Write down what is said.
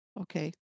okay